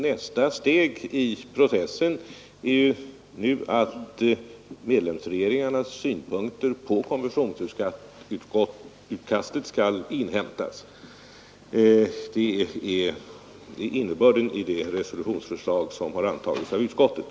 Nästa steg i processen är att medlemsregeringarnas synpunkter på konventionsutkastet skall inhämtas. Detta är innebörden i det resolutionsförslag som har antagits av utskottet.